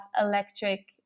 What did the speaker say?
electric